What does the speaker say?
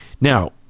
Now